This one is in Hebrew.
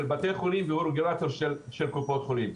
בתי החולים והוא הרגולטור של קופות החולים.